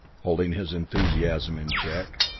holding his enthusiasm in check,